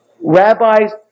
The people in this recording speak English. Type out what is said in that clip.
rabbis